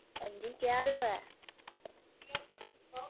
हां जी केह् हाल ऐ बै